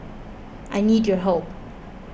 I need your help